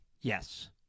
Yes